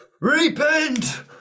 repent